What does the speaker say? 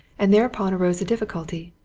and thereupon arose a difficulty.